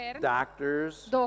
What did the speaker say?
doctors